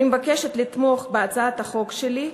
אני מבקשת לתמוך בהצעת החוק שלי.